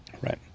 Right